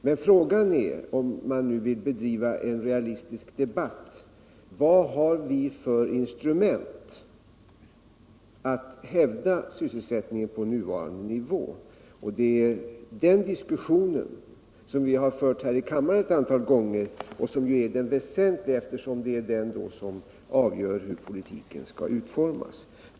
Men frågan är, om man vill bedriva en realistisk debatt, vad vi har för instrument att hävda sysselsättningen på nuvarande nivå. Den diskussionen, som vi har fört här i kammaren ett antal gånger, är också den väsentliga, eftersom det är den som avgör hur politiken skall utformas.